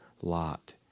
lot